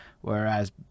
Whereas